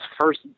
first